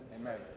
Amen